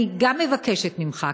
אני גם מבקשת ממך,